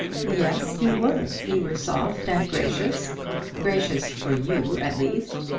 yes, you were. you were soft and gracious gracious for you, at least.